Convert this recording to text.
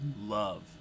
love